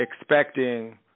expecting